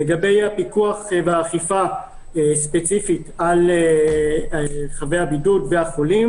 לגבי הפיקוח והאכיפה ספציפית על מרחבי הבידוד והחולים